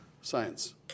science